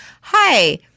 hi